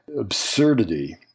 absurdity